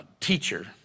teacher